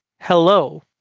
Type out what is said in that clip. hello